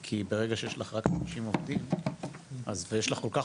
ברגע שיש לך רק 50 עובדים ויש לך כל כך